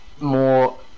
more